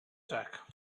track